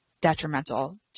detrimental